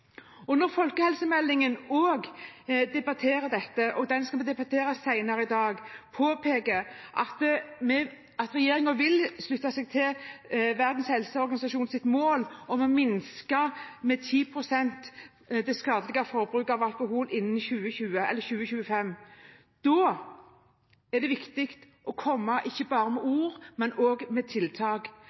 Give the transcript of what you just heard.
årene. Når folkehelsemeldingen – den skal vi debattere senere i dag – påpeker at regjeringen vil slutte opp om Verdens helseorganisasjons mål om å minske det skadelige forbruket av alkohol med 10 pst. innen 2025, er det viktig å komme med ikke bare ord, men også tiltak. Da nytter det ikke å komme med